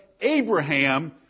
Abraham